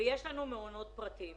ויש לנו מעונות פרטיים.